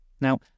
Now